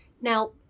Now